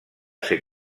ser